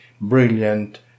brilliant